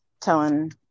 telling